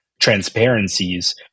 transparencies